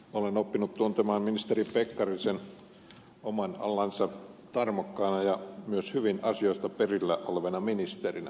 olen oppinut tuntemaan ministeri pekkarisen oman alansa tarmokkaana ja myös hyvin asioista perillä olevana ministerinä